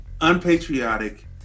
unpatriotic